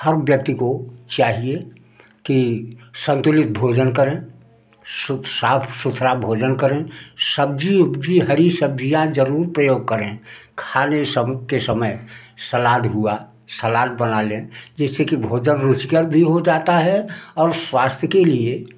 हर व्यक्ति को चाहिए कि संतुलित भोजन करे शुद्ध साफ सुथरा भोजन करे सब्जी उब्जी हरी सब्जियाँ जरूर प्रयोग करे खाने सम के समय सलाद हुआ सलाद बना लें जिससे कि भोजन रुचिकर भी हो जाता है और स्वास्थ्य के लिए